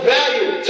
value